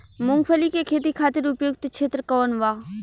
मूँगफली के खेती खातिर उपयुक्त क्षेत्र कौन वा?